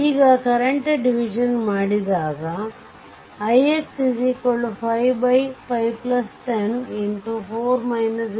ಈಗ current division ಮಾಡಿದಾಗ ix 5 510 4 0